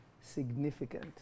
significant